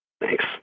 Thanks